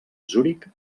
zuric